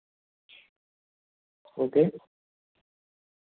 okay